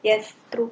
yes true